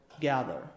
gather